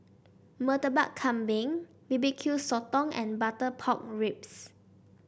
Murtabak Kambing B B Q Sotong and Butter Pork Ribs